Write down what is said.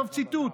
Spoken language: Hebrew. סוף ציטוט.